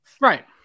right